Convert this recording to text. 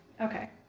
Okay